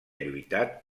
lluitat